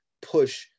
push